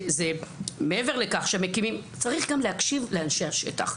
מעבר לכך שמקימים צריך גם להקשיב לאנשי השטח.